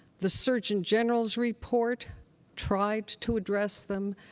the surgeon general's report tried to address them.